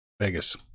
Vegas